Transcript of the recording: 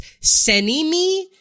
Senimi